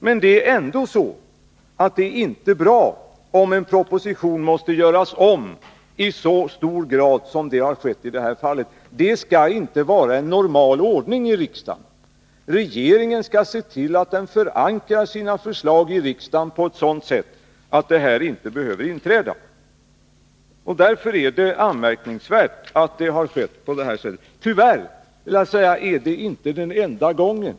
Men det är inte bra, om en proposition måste göras om i så hög grad som har skett i det här fallet. Det skall inte vara en normal ordning i riksdagen. Regeringen skall förankra sina förslag i riksdagen på ett sådant sätt att det som nu skett inte behöver förekomma. Vad som nu inträffat är därför anmärkningsvärt. Tyvärr är detta inte den enda gång som sådant har skett.